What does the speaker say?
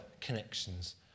connections